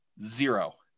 Zero